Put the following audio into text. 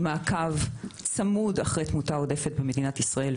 עם מעקב אחרי תמותה עודפת במדינת ישראל.